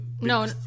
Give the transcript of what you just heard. No